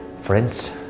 Friends